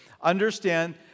understand